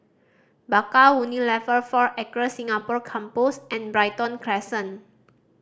Bakau Unilever Four Acres Singapore Campus and Brighton Crescent